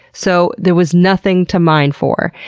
so there was nothing to mine for,